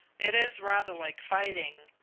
it is rather like fighting.